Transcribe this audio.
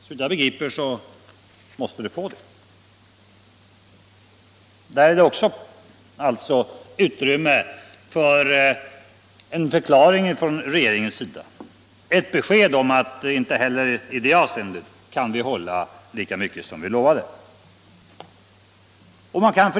Såvitt jag begriper måste det få det. Så inte heller i det avseendet kan man hålla lika mycket som man lovat.